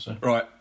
Right